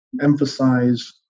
emphasize